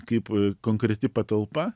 kaip konkreti patalpa